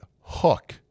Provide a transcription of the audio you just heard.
hook